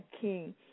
king